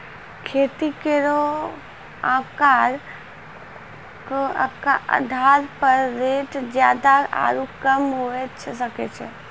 खेती केरो आकर क आधार पर रेट जादा आरु कम हुऐ सकै छै